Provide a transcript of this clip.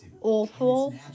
awful